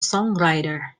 songwriter